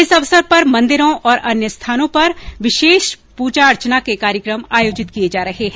इस अवसर पर मन्दिरों और अन्य स्थानों पर विशेष पूजा अर्चना के कार्यक्रम आयोजित किये जा रहे हैं